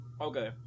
Okay